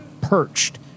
perched